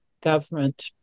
government